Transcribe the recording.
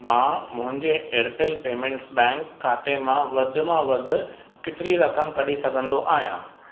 मां मुंहिंजे Airtel payments bank खाते मां वधि मां वधि केतिरी रक़म कढी सघंदो आहियां